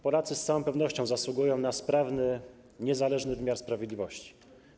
Polacy z całą pewnością zasługują na sprawny, niezależny wymiar sprawiedliwości.